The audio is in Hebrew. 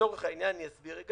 אני אסביר.